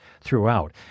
throughout